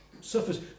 suffers